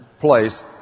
place